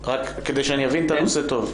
כדי שאני אבין את הנושא טוב.